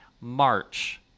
March